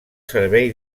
servei